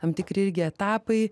tam tikri irgi etapai